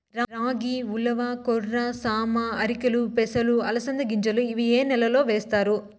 రాగి, ఉలవ, కొర్ర, సామ, ఆర్కెలు, పెసలు, అలసంద గింజలు ఇవి ఏ నెలలో వేస్తారు?